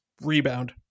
rebound